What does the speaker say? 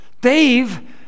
Dave